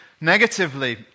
negatively